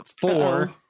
four